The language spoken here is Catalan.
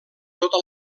tota